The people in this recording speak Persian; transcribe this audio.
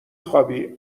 خوابی